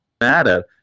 matter